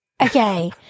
Okay